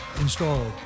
installed